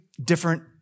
Different